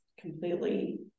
completely